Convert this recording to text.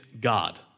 God